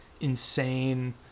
insane